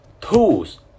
tools